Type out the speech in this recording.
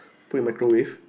put in microwave